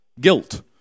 guilt